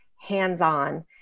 hands-on